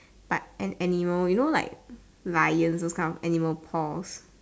but an animal you know like lion those kind of animal paws